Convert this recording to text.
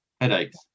headaches